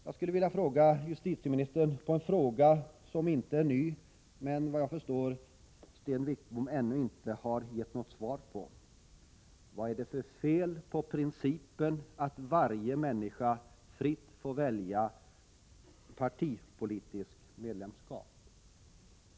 Jag skulle till justitieministern vilja ställa en fråga som inte är ny men som, enligt vad jag förstår, Sten Wickbom ännu inte har gett något svar på: Vad är det för fel på principen att varje människa fritt får välja partipolitiskt medlemskap?